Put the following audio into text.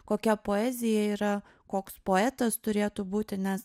kokia poezija yra koks poetas turėtų būti nes